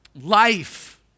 life